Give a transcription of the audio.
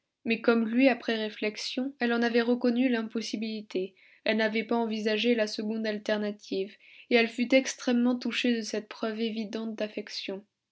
mais comme lui après réflexion elle en avait reconnu l'impossibilité elle n'avait pas envisagé la seconde alternative et elle fut extrêmement touchée de cette preuve évidente d'affection